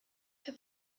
für